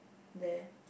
there